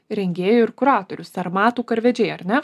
rengėjų ir kuratorių sarmatų karvedžiai ar ne